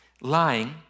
lying